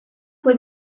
fue